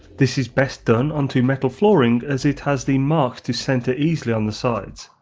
this is best done onto metal flooring as it has the marks to center easily on the sides,